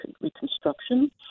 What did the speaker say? reconstruction